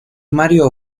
mario